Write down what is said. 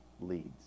leads